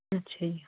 ਅੱਛਾ ਜੀ